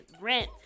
rent